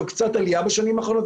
זו קצת עלייה בשנים האחרונות,